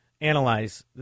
analyze